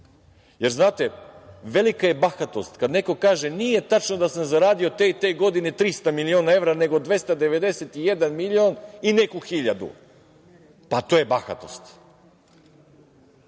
moguće. Znate, velika je bahatost kada neko kaže: „Nije tačno da sam zaradio te i te godine 300 miliona evra, nego 291 milion i neku hiljadu“. To je bahatost.